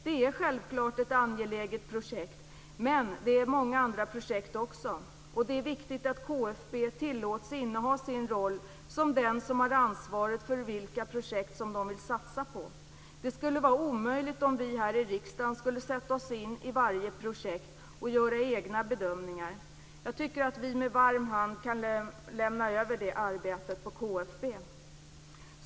Det är självklart ett angeläget projekt, men det är många andra projekt också. Det är viktigt att KFB tillåts inneha sin roll som den som har huvudansvaret för vilka projekt de vill satsa på. Det skulle vara omöjligt om vi här i riksdagen skulle sätta oss in i varje projekt och göra egna bedömningar. Jag tycker att vi med varm hand kan lämna över det arbetet på KFB.